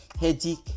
headache